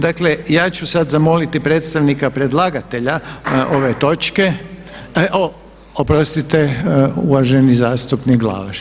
Dakle, ja ću sad zamoliti predstavnika predlagatelja ove točke, oprostite, uvaženi zastupnik Glavaš.